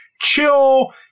chill